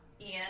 Ian